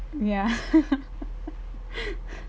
ya